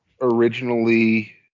originally